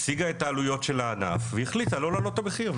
הציגה את העלויות של הענף והחליטה לא להעלות את המחיר.